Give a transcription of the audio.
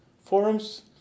Forums